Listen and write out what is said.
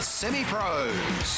semi-pros